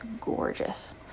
gorgeous